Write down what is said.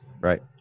Right